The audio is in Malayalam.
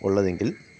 ഉള്ളതെങ്കിൽ